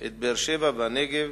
את באר-שבע והנגב